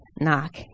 knock